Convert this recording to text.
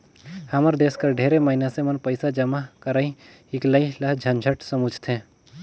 हमर देस कर ढेरे मइनसे मन पइसा जमा करई हिंकलई ल झंझट समुझथें